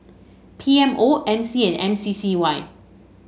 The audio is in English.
P M O M C and M C C Y